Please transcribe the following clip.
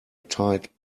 tight